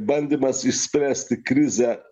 bandymas išspręsti krizę